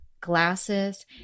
glasses